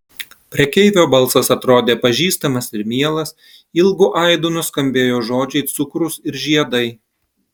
prekeivio balsas atrodė pažįstamas ir mielas ilgu aidu nuskambėjo žodžiai cukrus ir žiedai